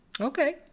Okay